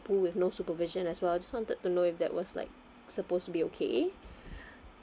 pool with no supervision as well just wanted to know if that was like supposed to be okay